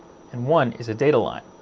and one is a data line.